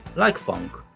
like funk,